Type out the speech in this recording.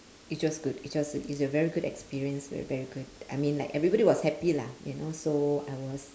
it was good it was it's a very good experience a very good I mean like everybody was happy lah you know so I was